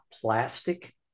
plastic